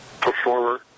performer